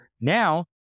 now